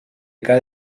cada